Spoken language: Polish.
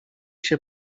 się